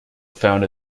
found